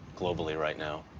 globally, right now?